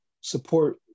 support